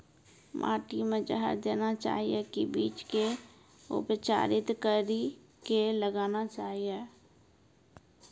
माटी मे जहर देना चाहिए की बीज के उपचारित कड़ी के लगाना चाहिए?